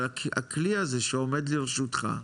אבל הכלי הזה שעומד לרשותך,